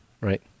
right